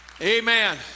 amen